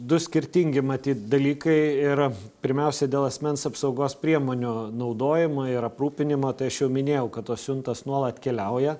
du skirtingi matyt dalykai ir pirmiausia dėl asmens apsaugos priemonių naudojimo ir aprūpinimo tai aš jau minėjau kad tos siuntos nuolat keliauja